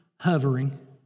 Hovering